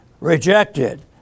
Rejected